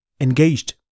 engaged